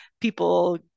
people